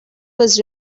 was